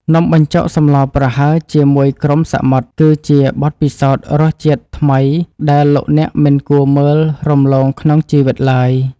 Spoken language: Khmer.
នំបញ្ចុកសម្លប្រហើរជាមួយគ្រំសមុទ្រគឺជាបទពិសោធន៍រសជាតិថ្មីដែលលោកអ្នកមិនគួរមើលរំលងក្នុងជីវិតឡើយ។